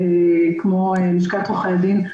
כמו לשכת עורכי הדין,